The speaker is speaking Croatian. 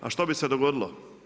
A što bi se dogodilo?